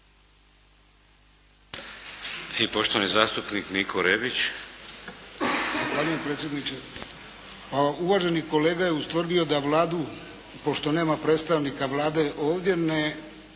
I poštovani zastupnik Niko Rebić.